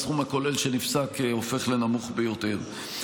הסכום הכולל שנפסק הופך לנמוך ביותר.